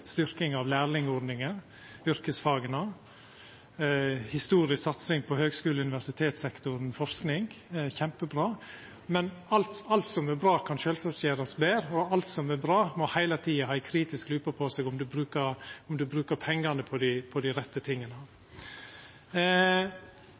styrking av lærlingordninga, yrkesfaga, historisk satsing på høgskule- og universitetssektoren, forsking – det er kjempebra. Men alt som er bra, kan sjølvsagt gjerast betre, og alt som er bra, må heile tida ha ei kritisk lupe på seg for å sjå om ein brukar pengane på dei rette tinga.